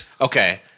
Okay